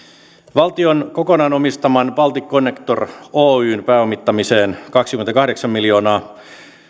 valtion kokonaan omistaman baltic connector oyn pääomittamiseen kaksikymmentäkahdeksan miljoonaa